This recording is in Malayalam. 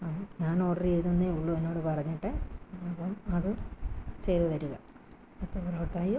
ആ ഞാൻ ഓർഡർ ചെയ്തെന്നേ ഉള്ളൂ എന്നോട് പറഞ്ഞിട്ട് അപ്പം അത് ചെയ്ത് തരുക പത്ത് പൊറോട്ടയും